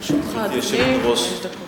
לרשותך, אדוני, חמש דקות.